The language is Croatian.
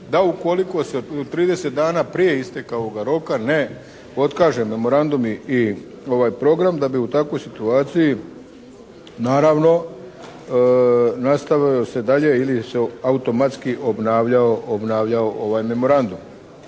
da ukoliko se 30 dana prije isteka ovoga roka ne otkaže memorandum i ovaj program da bi u takvoj situaciji naravno nastavilo se dalje ili se automatski obnavljao ovaj memorandum.